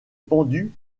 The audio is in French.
pendu